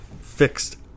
fixed